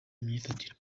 imyifatire